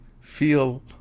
feel